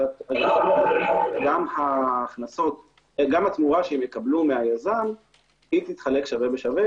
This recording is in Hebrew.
שגם התמורה שיקבלו הם מהיזם תתחלק שווה בשווה